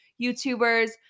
YouTubers